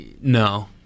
No